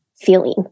feeling